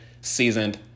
seasoned